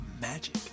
magic